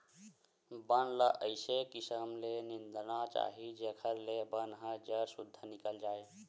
बन ल अइसे किसम ले निंदना चाही जेखर ले बन ह जर सुद्धा निकल जाए